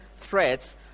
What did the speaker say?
threats